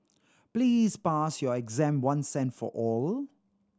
please pass your exam once and for all